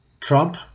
Trump